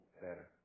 better